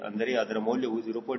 ಅಂದರೆ ಅದರ ಮೌಲ್ಯವು 0